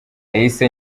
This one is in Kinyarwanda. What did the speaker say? yahise